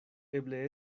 eble